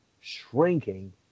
shrinking